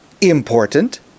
important